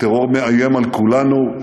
הטרור מאיים על כולנו.